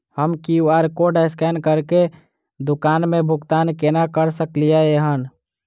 हम QR code scan करके दुकान मे भुगतान केना करऽ सकलिये एहन?